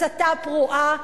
הסתה פרועה,